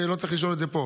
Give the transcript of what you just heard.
ולא צריך לשאול את זה פה.